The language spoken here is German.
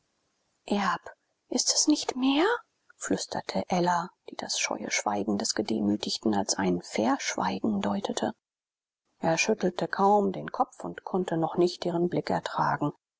ist es nicht mehr flüsterte ella die das scheue schweigen des gedemütigten als ein verschweigen deutete er schüttelte kaum den kopf und konnte noch nicht ihren blick ertragen